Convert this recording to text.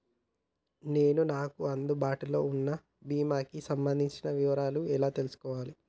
నేను నాకు అందుబాటులో ఉన్న బీమా కి సంబంధించిన వివరాలు ఎలా తెలుసుకోవాలి?